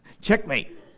Checkmate